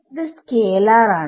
ഇത് സ്കേലാർ ആണ്